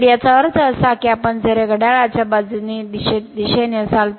तर याचा अर्थ असा की आपण जर हे घड्याळाच्या दिशेने असाल तर